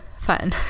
fun